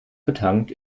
betankt